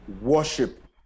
worship